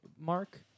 mark